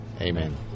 Amen